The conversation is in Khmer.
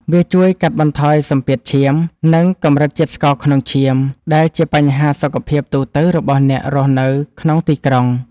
វាជួយកាត់បន្ថយសម្ពាធឈាម និងកម្រិតជាតិស្ករក្នុងឈាម ដែលជាបញ្ហាសុខភាពទូទៅរបស់អ្នករស់នៅក្នុងទីក្រុង។